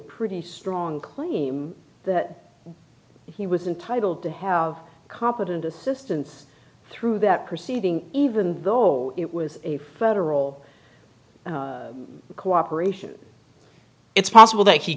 pretty strong claim that he was entitled to have competent assistance through that proceeding even though it was a federal co operation it's possible that he